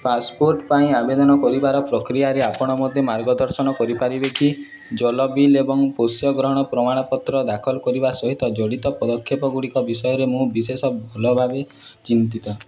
passport ପାଇଁ ଆବେଦନ କରିବାର ପ୍ରକ୍ରିୟାରେ ଆପଣ ମୋତେ ମାର୍ଗଦର୍ଶନ କରିପାରିବେ କି ଜଳ ବିଲ୍ ଏବଂ ପୋଷ୍ୟ ଗ୍ରହଣ ପ୍ରମାଣପତ୍ର ଦାଖଲ କରିବା ସହିତ ଜଡ଼ିତ ପଦକ୍ଷେପ ଗୁଡ଼ିକ ବିଷୟରେ ମୁଁ ବିଶେଷ ବା ଭଲ ଭାବେ ଚିନ୍ତିତ